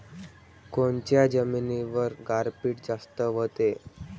कोनच्या जमिनीवर गारपीट जास्त व्हते?